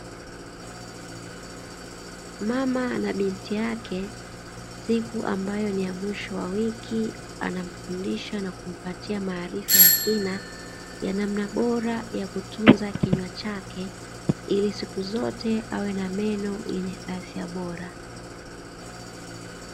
Mama na binti yake aitwaye Siku, kila mwisho wa wiki, humfundisha na kumpatia maarifa ya kina ya namna bora ya kutunza kinywa chake ili siku zote awe na meno yenye afya bora.